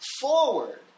forward